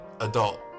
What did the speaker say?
adult